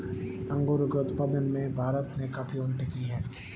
अंगूरों के उत्पादन में भारत ने काफी उन्नति की है